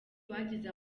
bagize